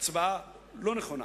הצבעה לא נכונה.